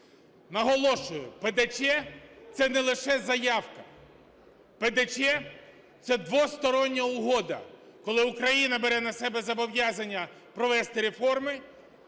Наголошую, ПДЧ це не лише заявка, ПДЧ – це двостороння угода, коли Україна бере на себе зобов'язання провести реформи,